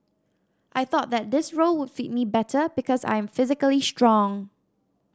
I thought that this role would fit me better because I am physically strong